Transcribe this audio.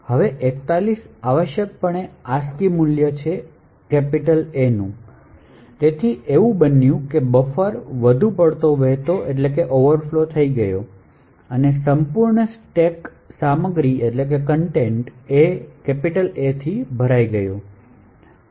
હવે 41 આવશ્યકપણે ASCII મૂલ્ય A નું છે એ તેથી જે બન્યું તે છે કે બફર વધુ વહેતો થઈ ગયો છે અને સંપૂર્ણ સ્ટેક સામગ્રી A થી ભરેલો છે